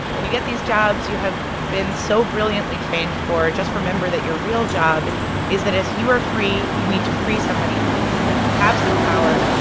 when you get these jobs you have been so brilliantly trained for, just remember that your real job is that if you are free, you need to free somebody else. if you have some power,